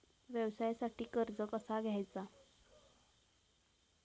व्यवसायासाठी कर्ज कसा घ्यायचा?